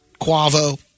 Quavo